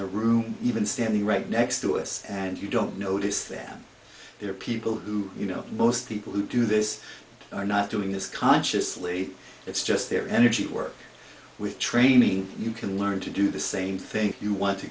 the room even standing right next to us and you don't notice that there are people who you know most people who do this are not doing this consciously it's just their energy to work with training you can learn to do the same thing you want to